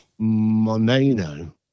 Moneno